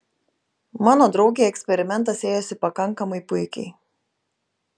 mano draugei eksperimentas ėjosi pakankamai puikiai